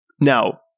Now